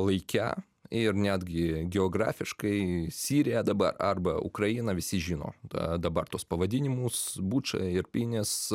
laike ir netgi geografiškai sirija dabar arba ukraina visi žino tą dabar tuos pavadinimus bučą ir pynės